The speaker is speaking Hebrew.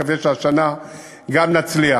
אני מקווה שהשנה גם נצליח.